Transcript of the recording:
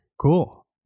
Cool